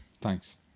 Thanks